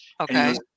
Okay